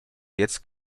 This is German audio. jetzt